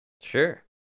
Sure